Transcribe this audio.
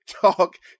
talk